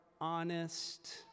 honest